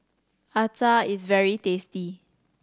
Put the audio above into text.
acar is very tasty